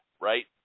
right